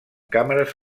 càmeres